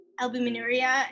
albuminuria